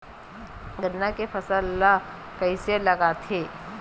गन्ना के फसल ल कइसे लगाथे?